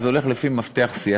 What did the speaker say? אז זה הולך לפי מפתח סיעתי,